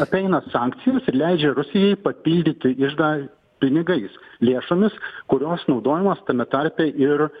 apeina sankcijas ir leidžia rusijai papildyt iždą pinigais lėšomis kurios naudojamos tame tarpe ir